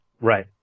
Right